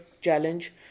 challenge